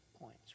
points